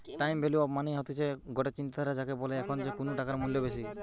time value of money মানে হতিছে গটে চিন্তাধারা যাকে বলে যে এখন কুনু টাকার মূল্য বেশি